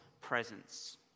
presence